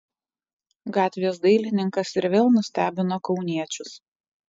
gatvės dailininkas ir vėl nustebino kauniečius